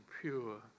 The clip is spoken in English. pure